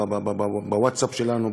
בווטסאפ שלנו,